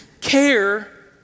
care